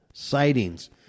Sightings